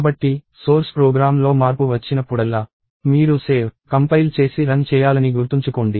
కాబట్టి సోర్స్ ప్రోగ్రామ్లో మార్పు వచ్చినప్పుడల్లా మీరు సేవ్ కంపైల్ చేసి రన్ చేయాలని గుర్తుంచుకోండి